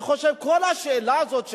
אני חושב, כל השאלה הזאת,